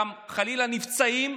הם גם חלילה נפצעים,